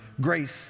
Grace